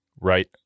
right